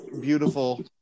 beautiful